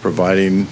providing